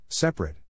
Separate